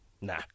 Nah